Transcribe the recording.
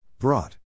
Brought